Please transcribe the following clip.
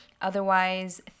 otherwise